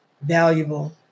valuable